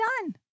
done